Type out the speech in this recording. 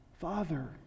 Father